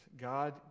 God